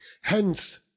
hence